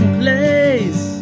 place